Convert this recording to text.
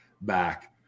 back